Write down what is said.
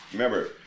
Remember